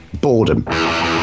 Boredom